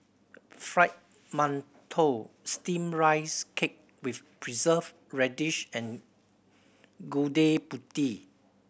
Fried Mantou Steamed Rice Cake with Preserved Radish and Gudeg Putih